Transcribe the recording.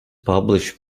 publish